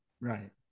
Right